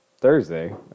Thursday